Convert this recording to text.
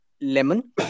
lemon